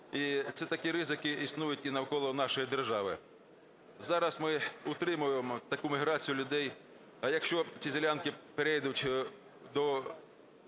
І це такі ризики існують і навколо нашої держави. Зараз ми утримуємо таку міграцію людей. А якщо ці ділянки перейдуть до